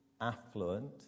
affluent